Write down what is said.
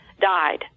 died